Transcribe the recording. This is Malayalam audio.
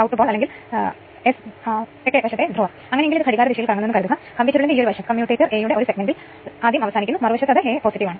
65 Ω ഉം 6 3 ഉള്ള ഈ Xe 1 x 1 K2 2 X2 ഉം ആണ്